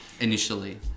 Initially